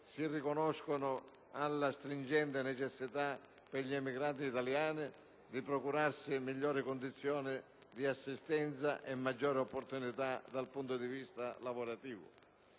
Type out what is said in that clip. si riconnettono alla stringente necessità per gli emigrati italiani di procurarsi migliori condizioni di sussistenza e maggiori opportunità dal punto di vista lavorativo.